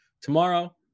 Tomorrow